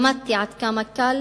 למדתי עד כמה קל